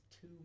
two